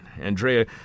Andrea